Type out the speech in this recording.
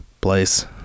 place